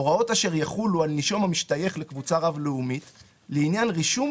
הוראות אשר יחולו לנישום המשתייך לקבוצה רב לאומית לעניין רישום,